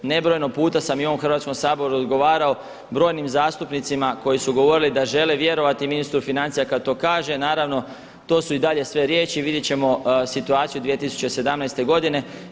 Nebrojeno puta sam i u ovom Hrvatskom saboru odgovarao brojnim zastupnicima koji su govorili da žele vjerovati ministru financija kada to kaže, naravno to su i dalje sve riječi, vidjet ćemo situaciju 2017. godine.